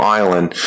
island